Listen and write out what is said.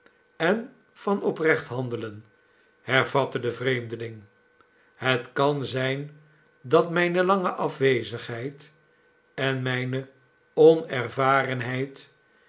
en van oprecht handelen hervatte de vreemdeling het kan zijn dat mijne lange afwezigheid en mijne onervarenheid